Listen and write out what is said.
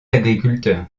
agriculteur